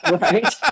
Right